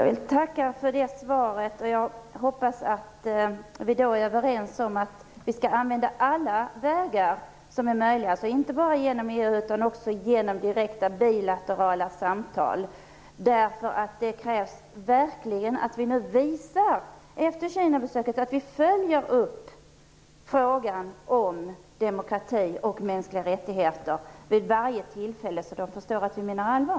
Fru talman! Jag tackar för det svaret. Jag hoppas att vi är överens om att vi skall använda alla möjliga vägar, inte bara EU utan också direkta bilaterala samtal. Det krävs verkligen att vi nu efter Kinabesöket visar att vi följer upp frågan om demokrati och mänskliga rättigheter vid varje tillfälle så att man förstår att vi menar allvar.